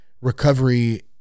recovery